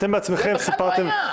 אתם בעצמכם סיפרתם --- זה בכלל לא היה.